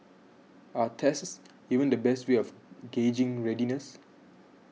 are tests even the best way of gauging readiness